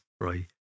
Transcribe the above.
right